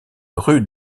rue